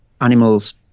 animals